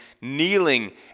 kneeling